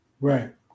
right